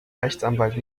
rechtsanwalt